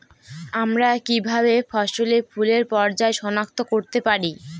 আমরা কিভাবে ফসলে ফুলের পর্যায় সনাক্ত করতে পারি?